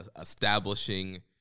establishing